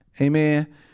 amen